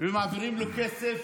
ומעבירים לו כסף,